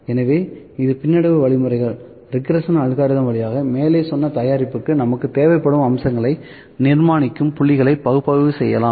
எனவே இது பின்னடைவு வழிமுறைகள் வழியாக மேலே சொன்ன தயாரிப்புக்கு நமக்குத் தேவைப்படும் அம்சங்களை நிர்மாணிக்கும் புள்ளிகளை பகுப்பாய்வு செய்யலாம்